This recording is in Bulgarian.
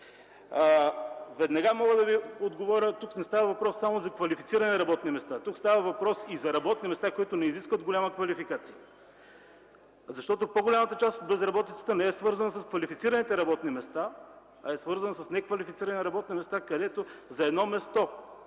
Веднага мога да ви отговоря, че тук не става въпрос само за квалифицирани работни места. Тук става въпрос и за работни места, които не изискват висока квалификация. Защото по-голямата част от безработицата не е свързана с квалифицираните работни места, а с неквалифицирани, където за едно работно